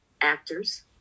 actors